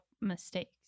mistakes